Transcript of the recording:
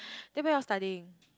then when you all studying